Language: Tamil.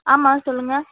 ஆமாம் சொல்லுங்கள்